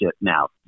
now